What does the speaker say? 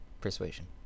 Persuasion